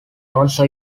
also